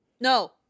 No